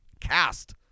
cast